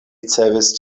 ricevis